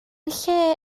lle